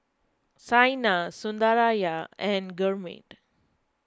Saina Sundaraiah and Gurmeet